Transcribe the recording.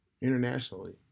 internationally